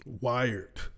wired